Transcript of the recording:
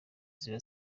zaba